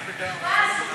פספסתי.